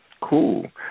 Cool